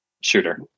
shooter